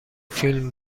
فیلم